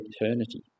eternity